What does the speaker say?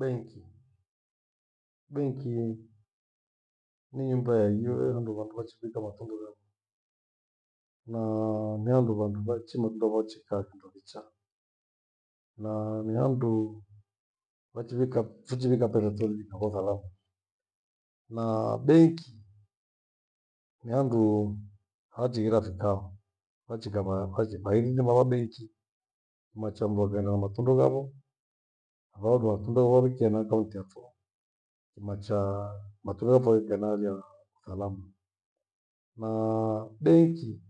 Benki, benki ni nyumba ihaghiwe vandu vachivika matundu ghavo. Naa ni handu vandu vaichi matundu vochikaa kindo kichaa. Naa ni handu wachivika- fuchivika pesa tenu uko thalama. Na benki ni handu hachighira fikao, wachika- va- vach- vahirima wa benki. Machongo ghenda na matundu ghavo vavowatundue wawike na akaunti yapho. Kimachaa matoleo phoike nalia thalamu na benki